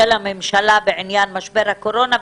הממשלה בעניין משבר הקורונה,